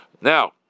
Now